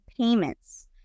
payments